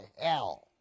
hell